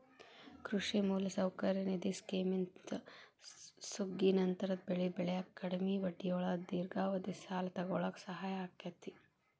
ಕೃಷಿ ಮೂಲಸೌಕರ್ಯ ನಿಧಿ ಸ್ಕಿಮ್ನಿಂದ ಸುಗ್ಗಿನಂತರದ ಬೆಳಿ ಬೆಳ್ಯಾಕ ಕಡಿಮಿ ಬಡ್ಡಿಯೊಳಗ ದೇರ್ಘಾವಧಿ ಸಾಲ ತೊಗೋಳಾಕ ಸಹಾಯ ಆಕ್ಕೆತಿ